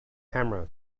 camera